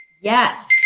Yes